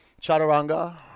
chaturanga